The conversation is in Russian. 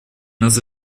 нас